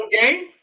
game